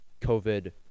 COVID